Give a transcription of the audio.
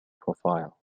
profile